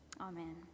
Amen